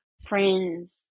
friends